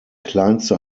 kleinste